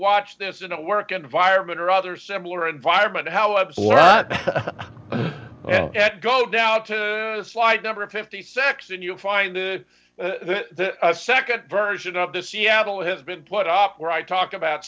watch this in a work environment or other similar environment how a boy go down to slide number fifty six and you'll find the second version of the seattle has been put up where i talk about